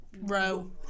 Row